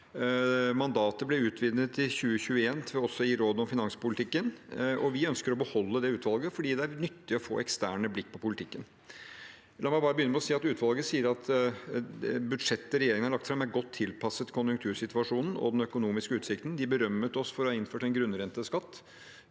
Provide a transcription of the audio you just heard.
Mandatet ble utvidet i 2021 til også å gi råd om finanspolitikken, og vi ønsker å beholde utvalget fordi det er nyttig å få eksterne blikk på politikken. La meg bare begynne med å si at utvalget sier at budsjettet regjeringen har lagt fram, er godt tilpasset konjunktursituasjonen og den økonomiske utsikten. De berømmet oss for å ha innført en grunnrenteskatt,